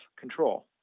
control